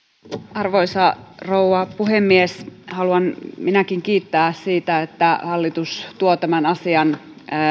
arvoisa rouva puhemies haluan minäkin kiittää siitä että hallitus tuo tämän asian